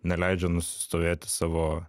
neleidžia nusistovėti savo